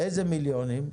איזה מיליונים?